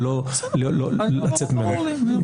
ולא לצאת ממנו.